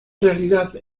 realidad